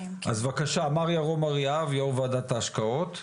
בבקשה מר ירום אריאב, יושב ראש ועדת ההשקעות.